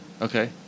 Okay